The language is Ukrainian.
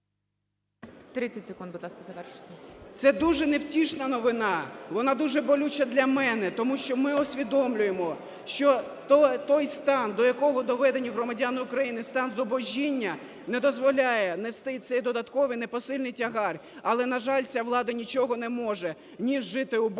Це дуже невтішна новина, вона дуже болюча для мене, тому що ми усвідомлюємо, що той стан, до якого доведені громадяни України, стан зубожіння не дозволяє нести цей додатковий непосильний тягар. Але, на жаль, ця влада нічого не може, ніж жити у борг